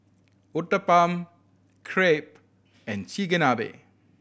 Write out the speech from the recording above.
Uthapam Crepe and Chigenabe